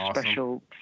special